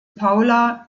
paula